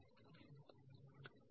సరే